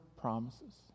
promises